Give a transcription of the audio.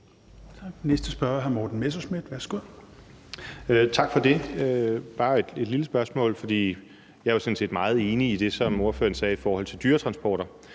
næste spørger er hr. Morten Messerschmidt. Værsgo.